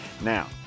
Now